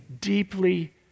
deeply